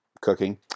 cooking